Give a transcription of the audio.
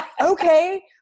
okay